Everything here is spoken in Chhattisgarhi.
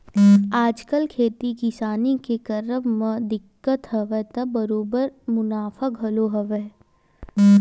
आजकल खेती किसानी के करब म दिक्कत हवय त बरोबर मुनाफा घलो हवय